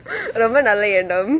ரொம்ப நல்லா எண்ணம்:rombe nalla yennam